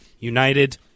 United